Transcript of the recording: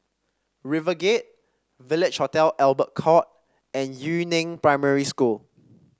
RiverGate Village Hotel Albert Court and Yu Neng Primary School